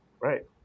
right